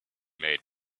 made